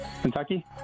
Kentucky